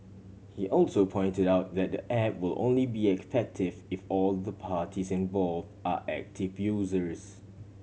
he also pointed out that the app will only be effective if all the parties involve are active users